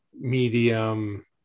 Medium